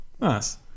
Nice